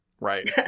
Right